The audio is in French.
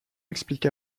explique